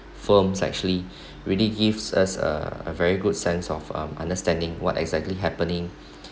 films actually really give us uh a very good sense of um understanding what exactly happening